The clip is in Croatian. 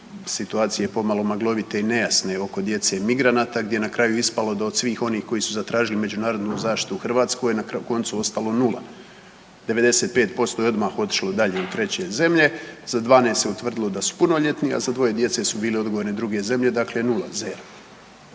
situacije pomalo maglovit i nejasne oko djece migranata gdje je na kraju ispalo da od svih onih koji su zatražili međunarodnu zaštitu u Hrvatskoj na koncu ostalo nula, 95% je odmah otišlo dalje u treće zemlje za 12 se utvrdilo da su punoljetni, a za dvoje djece su bile odgovorne druge zemlje, dakle nula zero.